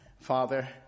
Father